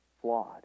flawed